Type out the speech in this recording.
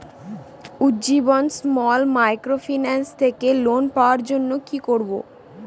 Ujjivan small microfinance থেকে loan পাওয়ার জন্য কি করব?